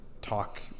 talk